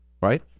Right